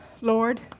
Lord